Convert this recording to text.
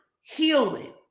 healing